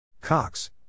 Cox